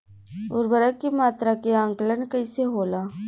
उर्वरक के मात्रा के आंकलन कईसे होला?